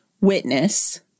witness